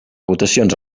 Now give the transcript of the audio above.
votacions